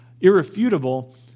irrefutable